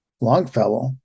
Longfellow